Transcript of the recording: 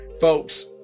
folks